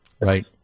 Right